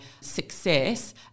success